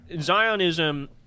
Zionism